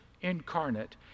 incarnate